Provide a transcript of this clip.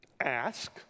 ask